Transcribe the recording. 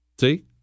See